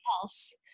else